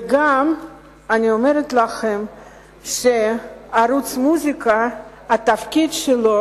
ואני אומרת לכם שגם ערוץ מוזיקה, התפקיד שלו